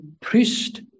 priest